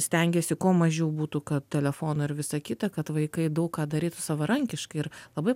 stengiasi kuo mažiau būtų kad telefono ir visa kita kad vaikai daug ką darytų savarankiškai ir labai